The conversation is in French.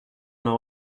n’en